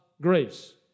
grace